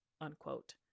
unquote